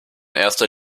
erster